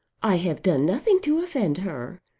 i have done nothing to offend her.